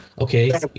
okay